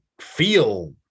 feel